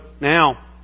now